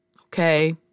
okay